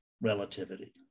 relativity